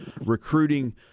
recruiting